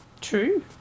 True